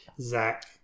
Zach